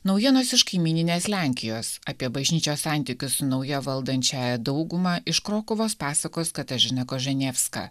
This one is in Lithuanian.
naujienos iš kaimyninės lenkijos apie bažnyčios santykius su nauja valdančiąja dauguma iš krokuvos pasakos katažina koženevska